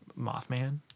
Mothman